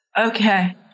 okay